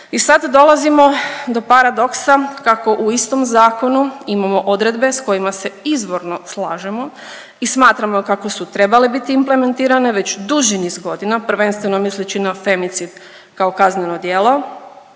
I sad dolazimo do paradoksa kako u istom zakonu imamo odredbe s kojima se izvorno slažemo i smatramo kako su trebale biti implementirane već duži niz godina, prvenstveno misleći na femicid kao kazneno djelo,